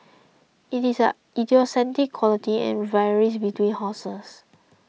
it is an idiosyncratic quality and varies between horses